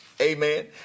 Amen